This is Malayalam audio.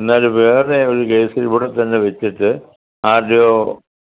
എന്നാൽ വേറെ ഒരു കേസ് ഇവിടെത്തന്നെ വെച്ചിട്ട് ആരുടെയോ